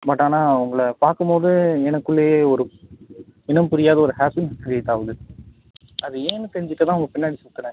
but ஆனால் உங்களை பார்க்கும் போது எனக்குள்ளேயே ஒரு இனம் புரியாத ஒரு ஹேப்பினஸ் க்ரியேட் ஆகுது அது ஏன்னு தெரிஞ்சிக்க தான் உங்கள் பின்னாடி சுத்துகிறேன்